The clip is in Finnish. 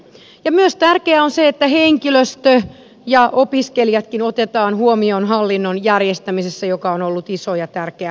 myös tärkeää on se että henkilöstö ja opiskelijatkin otetaan huomioon hallinnon järjestämisessä joka on ollut iso ja tärkeä asia